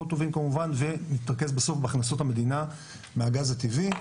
טובים כמובן ונתרכז בסוף בהכנסות המדינה מהגז הטבעי.